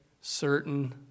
certain